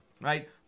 right